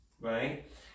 Right